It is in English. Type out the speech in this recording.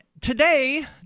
today